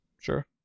sure